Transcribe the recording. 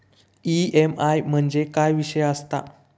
EMI म्हणजे काय विषय आसता?